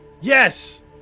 Yes